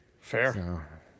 Fair